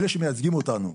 אלה שמייצגים אותנו.